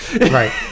right